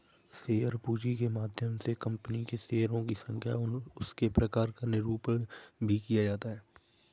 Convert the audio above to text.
share पूंजी के माध्यम से कंपनी के शेयरों की संख्या और उसके प्रकार का निरूपण भी किया जाता है